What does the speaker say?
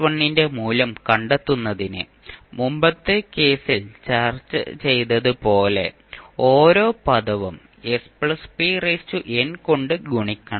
kn−1 ന്റെ മൂല്യം കണ്ടെത്തുന്നതിന് മുമ്പത്തെ കേസിൽ ചെയ്തതുപോലെ ഓരോ പദവും spn കൊണ്ട് ഗുണിക്കണം